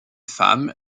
femmes